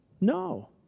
No